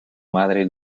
madre